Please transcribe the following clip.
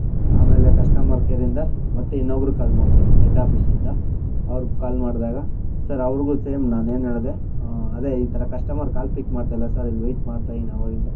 ಆಮೇಲೆ ಕಶ್ಟಮರ್ ಕೇರಿಂದ ಮತ್ತೆ ಇನ್ನೊಬ್ಬರು ಕಾಲ್ ಮಾಡ್ತಾರೆ ಎಡ್ಡ್ ಆಫೀಸಿಂದ ಅವ್ರು ಕಾಲ್ ಮಾಡಿದಾಗ ಸರ್ ಅವ್ರಿಗೂ ಸೇಮ್ ನಾನು ಏನು ಹೇಳ್ದೆ ಅದೇ ಈ ಥರ ಕಶ್ಟಮರ್ ಕಾಲ್ ಪಿಕ್ ಮಾಡ್ತಾ ಇಲ್ಲ ಸರ್ ಇಲ್ಲಿ ವೇಟ್ ಮಾಡ್ತಾಯಿನ್ ಆವಾಗಿಂದ